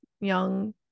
young